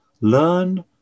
Learn